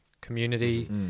community